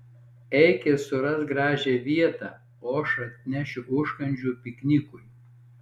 eik ir surask gražią vietą o aš atnešiu užkandžių piknikui